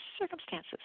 circumstances